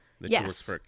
yes